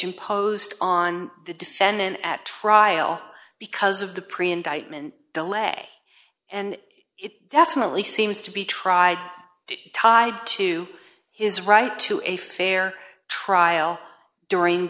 imposed on the defendant at trial because of the print item and delay and it definitely seems to be tried tied to his right to a fair trial during